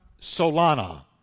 Solana